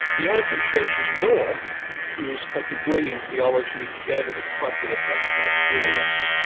the anglican church's norm is a degree in theology together with appropriate practical experience,